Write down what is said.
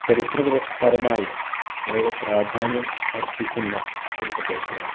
ചരിത്ര പരമായി വളരെ പ്രാധാന്യം അർഹിക്കുന്ന ഒരു പ്രദേശമാണ്